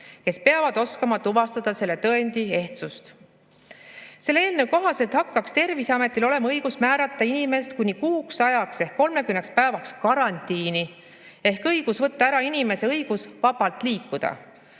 kes oskavad tuvastada selle tõendi ehtsust. Selle eelnõu kohaselt hakkaks Terviseametil olema õigus määrata inimest kuni kuuks ajaks ehk 30 päevaks karantiini ehk õigus võtta ära inimese õigus vabalt liikuda.